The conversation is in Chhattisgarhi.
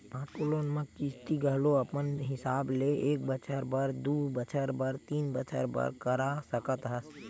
आटो लोन म किस्ती घलो अपन हिसाब ले एक बछर बर, दू बछर बर, तीन बछर बर करा सकत हस